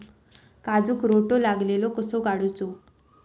काजूक रोटो लागलेलो कसो काडूचो?